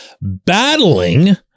battling